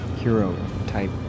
hero-type